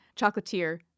chocolatier